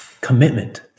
commitment